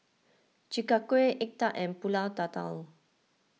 Chi Kak Kuih Egg Tart and Pulut Tatal